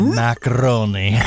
macaroni